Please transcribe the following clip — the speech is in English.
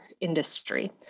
industry